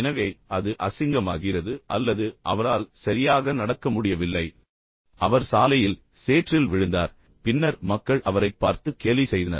எனவே அது அசிங்கமாகிறது அல்லது அவரால் சரியாக நடக்க முடியவில்லை அவர் சாலையில் சேற்றில் விழுந்தார் பின்னர் மக்கள் அவரைப் பார்த்து கேலி செய்தனர்